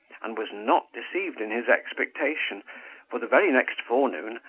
and was not deceived in his expectation for the very next forenoon,